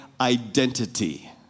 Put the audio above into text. identity